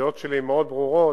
הדעות שלי מאוד ברורות,